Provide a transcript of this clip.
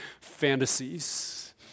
fantasies